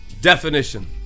definition